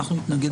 אנחנו נתנגד.